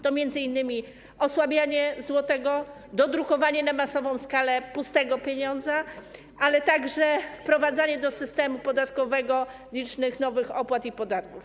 To m.in. osłabianie złotego, dodrukowanie na masową skalę pustego pieniądza, ale także wprowadzanie do systemu podatkowego licznych nowych opłat i podatków.